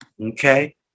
okay